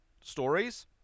stories